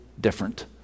different